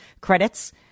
credits